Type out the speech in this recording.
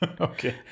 Okay